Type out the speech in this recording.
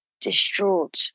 Distraught